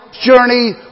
journey